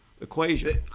equation